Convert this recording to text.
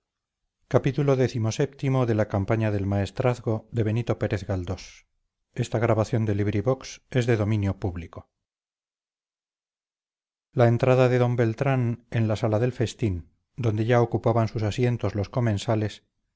la entrada de d beltrán en la sala del festín donde ya ocupaban sus asientos los comensales